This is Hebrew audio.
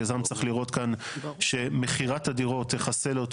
יזם צריך לראות כאן שמכירת הדירות תכסה לו את